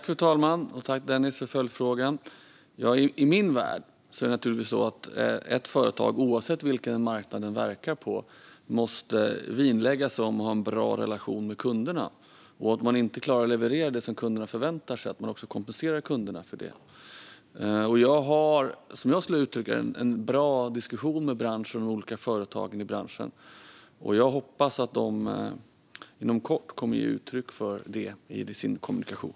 Fru talman! Tack, Denis, för följdfrågan! I min värld måste naturligtvis ett företag, oavsett vilken marknad det verkar på, vinnlägga sig om att ha en bra relation med kunderna och också kompensera dessa om man inte klarar att leverera det de förväntar sig. Jag har, som jag skulle uttrycka det, en bra diskussion med branschen och dess olika företag. Jag hoppas att de inom kort kommer att ge uttryck för det i sin kommunikation.